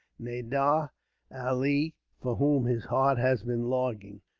nadir ali, for whom his heart has been longing.